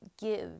give